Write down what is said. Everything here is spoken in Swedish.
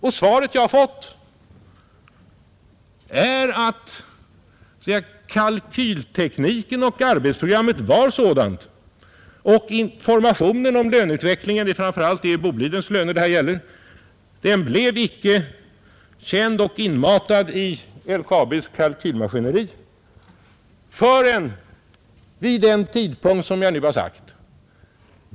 Det svar jag fått är att kalkyltekniken och arbetsprogrammet var sådana, och informationen om löneutvecklingen — det är framför allt Bolidens löner det här gäller — blev icke känd och inmatad i LKAB:s kalkylmaskineri förrän vid den tidpunkt som jag här nämnt.